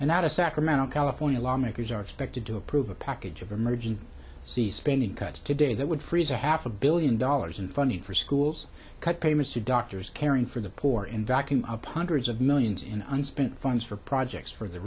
and out of sacramento california lawmakers are expected to approve a package of emergency c spending cuts today that would freeze a half a billion dollars in funding for schools cut payments to doctors caring for the poor in vacuum upon hundreds of millions in unspent funds for projects for the